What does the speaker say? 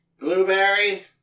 blueberry